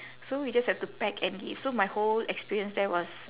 so we just have to pack and give so my whole experience there was